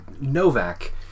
Novak